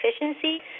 efficiency